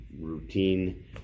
routine